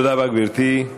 תודה רבה, גברתי.